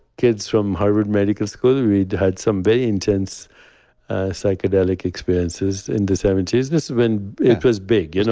kids from harvard medical school, we'd had some very intense psychedelic experiences in the seventy s. this when it was big, you know